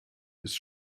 ist